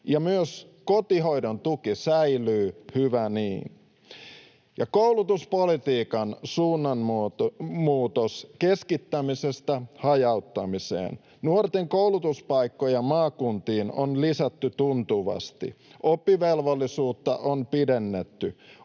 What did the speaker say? Ja myös kotihoidontuki säilyy, hyvä niin. Ja koulutuspolitiikan suunnanmuutos keskittämisestä hajauttamiseen: nuorten koulutuspaikkoja maakuntiin on lisätty tuntuvasti. Oppivelvollisuutta on pidennetty.